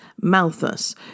Malthus